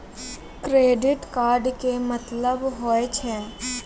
Credit card के मतलब होय छै?